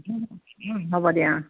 হ'ব দিয়া অঁ